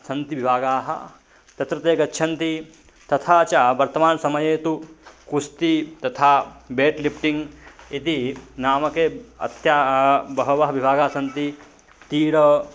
सन्ति विभागाः तत्र ते गच्छन्ति तथा च वर्तमानसमये तु कुस्ति तथा बेड् लिफ्टिङ्ग् इति नामके अद्य बहवः विभागाः सन्ति तीरम्